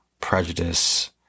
prejudice